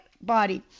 body